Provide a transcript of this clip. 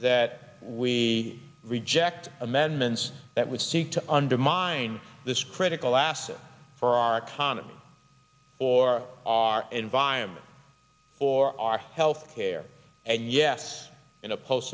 that we reject amendments that would seek to undermine this critical asset for our economy or our environment or our health care and yes in a post